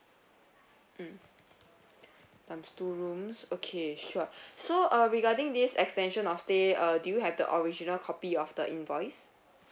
mm times two rooms okay sure so uh regarding this extension of stay uh do you have the original copy of the invoice